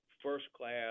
first-class